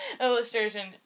illustration